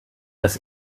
das